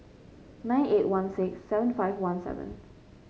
nine eight one six seven five one seven